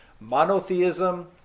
monotheism